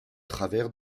travers